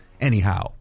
anyhow